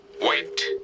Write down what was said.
Wait